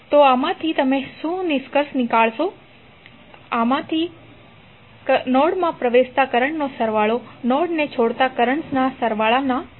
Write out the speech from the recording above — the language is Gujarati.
તો આમાંથી તમે શું નિષ્કર્ષ કાઢી શકો છો કે નોડમાં પ્રવેશતા કરન્ટ્સનો સરવાળો નોડને છોડતા કરન્ટ્સના સરવાળા બરાબર છે